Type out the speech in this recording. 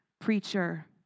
preacher